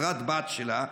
חברת-בת שלה,